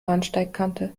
bahnsteigkante